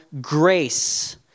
grace